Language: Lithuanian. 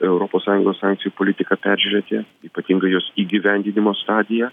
europos sąjungos sankcijų politiką peržiūrėti ypatingai jos įgyvendinimo stadiją